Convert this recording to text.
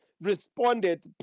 responded